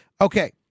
Okay